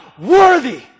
worthy